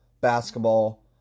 basketball